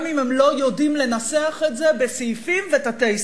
גם אם הם לא יודעים לנסח את זה בסעיפים ותתי-סעיפים.